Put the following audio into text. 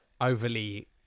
overly